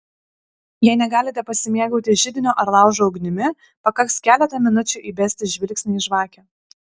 jei negalite pasimėgauti židinio ar laužo ugnimi pakaks keletą minučių įbesti žvilgsnį į žvakę